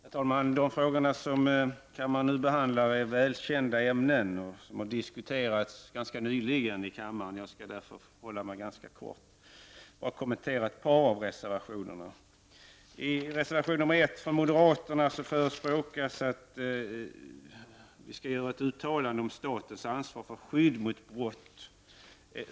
Herr talman! De frågor som kammaren nu behandlar är välkända ämnen som har diskuterats ganska nyligen i kammaren. Jag skall därför fatta mig ganska kort och bara kommentera ett par av reservationerna. I reservation 1 från moderaterna förespråkas att riksdagen skall göra ett uttalande om statens ansvar för skydd mot brott.